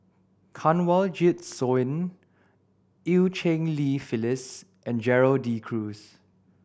Kanwaljit Soin Eu Cheng Li Phyllis and Gerald De Cruz